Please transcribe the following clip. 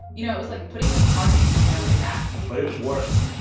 you know, it was like putting a target on your own back but it worked.